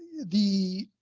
the